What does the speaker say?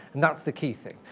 and that's the key thing.